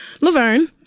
Laverne